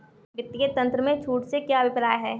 वित्तीय तंत्र में छूट से क्या अभिप्राय है?